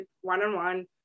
one-on-one